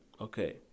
Okay